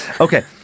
Okay